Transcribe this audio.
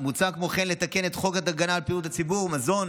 כמו כן מוצע לתקן את חוק הגנה על בריאות הציבור (מזון),